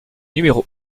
numéro